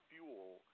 fuel